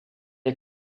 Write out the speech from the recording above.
est